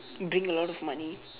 bring a lot of money